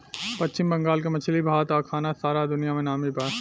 पश्चिम बंगाल के मछली भात आ खाना सारा दुनिया में नामी बा